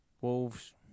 Wolves